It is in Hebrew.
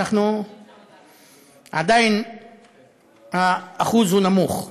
שעדיין האחוז נמוך.